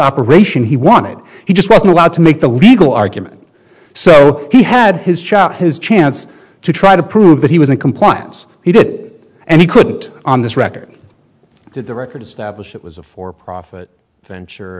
operation he wanted he just wasn't allowed to make the legal argument so he had his shot his chance to try to prove that he was in compliance he did and he could on this record to the record stablish it was a for profit venture